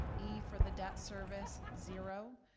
e, for the debt service, zero.